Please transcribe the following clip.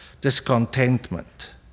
discontentment